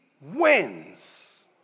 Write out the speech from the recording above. wins